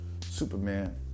Superman